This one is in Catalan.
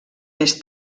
més